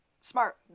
Smart